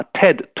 TED